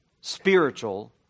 spiritual